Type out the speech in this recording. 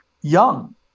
young